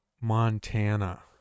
Montana